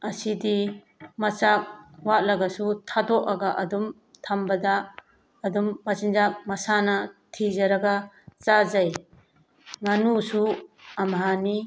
ꯑꯁꯤꯗꯤ ꯃꯆꯥꯛ ꯋꯥꯠꯂꯒꯁꯨ ꯊꯥꯗꯣꯛꯑꯒ ꯑꯗꯨꯝ ꯊꯝꯕꯗ ꯑꯗꯨꯝ ꯃꯆꯤꯟꯖꯥꯛ ꯃꯁꯥꯅ ꯊꯤꯖꯔꯒ ꯆꯥꯖꯩ ꯉꯥꯅꯨꯁꯨ ꯑꯝꯍꯥꯅꯤ